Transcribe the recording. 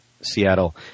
Seattle